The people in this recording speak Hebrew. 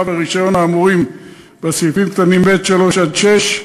והרישיון האמורים בסעיפים קטנים (ב)(3) (ב)(6),